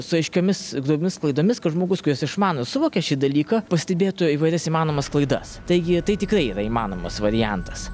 su aiškiomis visomis klaidomis kad žmogus kuris išmano suvokia šį dalyką pastebėtų įvairias įmanomas klaidas taigi tai tikrai yra įmanomas variantas